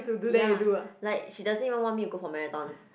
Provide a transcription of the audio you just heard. ya like she doesn't even want me to go for marathons